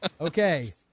Okay